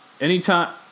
anytime